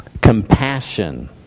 Compassion